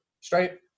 straight